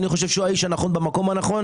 אני חושב שהוא האיש הנכון במקום הנכון,